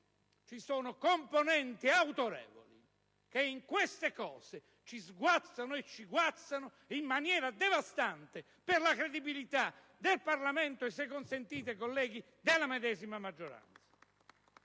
ci sono componenti autorevoli che in queste cose ci sguazzano, e ci guazzano in maniera devastante per la credibilità del Parlamento e, se consentite, della medesima maggioranza!